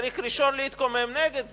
צריך ראשון להתקומם נגד זה.